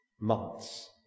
months